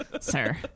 sir